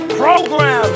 program